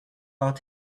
out